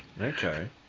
Okay